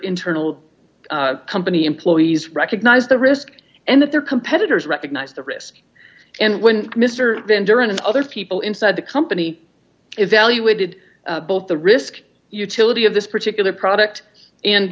internal company employees recognized the risk and that their competitors recognized the risk and when mr van duren and other people inside the company evaluated both the risk utility of this particular product and